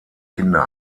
kinder